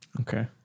Okay